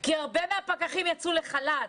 כי הרבה מהפקחים יצאו לחל"ת.